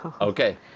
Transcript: Okay